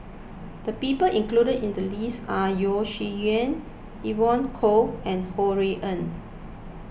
the people included in the list are Yeo Shih Yun Evon Kow and Ho Rui An